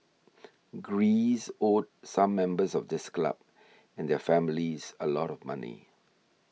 Greece owed some members of this club and their families a lot of money